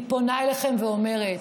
אני פונה אליכם ואומרת: